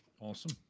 awesome